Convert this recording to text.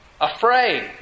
Afraid